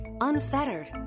unfettered